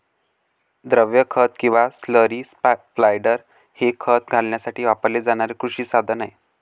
द्रव खत किंवा स्लरी स्पायडर हे खत घालण्यासाठी वापरले जाणारे कृषी साधन आहे